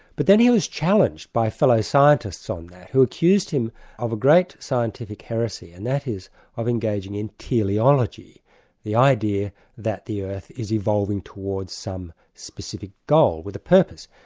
but then he was challenged by fellow scientists on that, who accused him of a great scientific heresy, and that is of engaging in teleology the idea that the earth is evolving towards some specific goal, with a purpose.